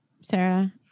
Sarah